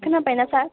खोनाबाय ना सार